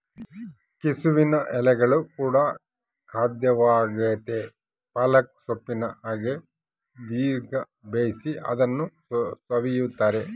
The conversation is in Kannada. ಕೆಸುವಿನ ಎಲೆಗಳು ಕೂಡ ಖಾದ್ಯವಾಗೆತೇ ಪಾಲಕ್ ಸೊಪ್ಪಿನ ಹಾಗೆ ದೀರ್ಘ ಬೇಯಿಸಿ ಅದನ್ನು ಸವಿಯುತ್ತಾರೆ